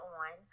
on